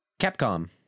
Capcom